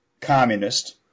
communist